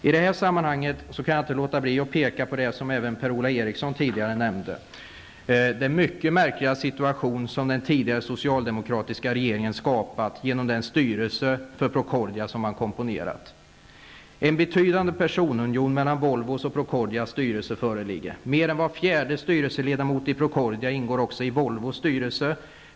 I det sammanhanget kan jag, liksom Per-Ola Eriksson, inte låta bli att peka på den mycket märkliga situation som den tidigare socialdemokratiska regeringen skapat genom den styrelse för Procordia som man komponerat. En betydande personunion mellan Volvos och Procordias styrelser föreligger. Mer än var fjärde styrelseledamot i Procordia ingår också i Volvos styrelse.